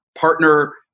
partner